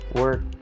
work